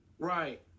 Right